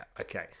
Okay